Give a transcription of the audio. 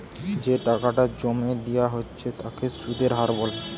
যে টাকাটা জোমা দিয়া হচ্ছে তার সুধের হার হয়